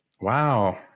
Wow